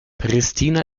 pristina